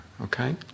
okay